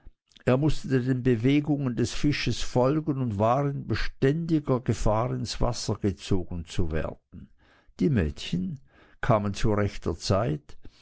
er mußte den bewegungen des fisches folgen und war in beständiger gefahr ins wasser gezogen zu werden die mädchen kamen zu rechter zeit